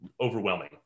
overwhelming